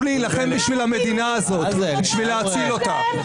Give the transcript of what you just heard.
להילחם בשביל המדינה הזאת כדי להציל אותה.